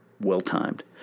Well-timed